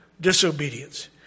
disobedience